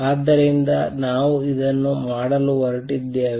ಆದ್ದರಿಂದ ನಾವು ಇದನ್ನು ಮಾಡಲು ಹೊರಟಿದ್ದೇವೆ